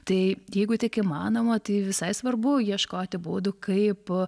tai jeigu tik įmanoma tai visai svarbu ieškoti būdų kaip